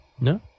no